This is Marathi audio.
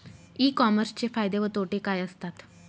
ई कॉमर्सचे फायदे व तोटे काय असतात?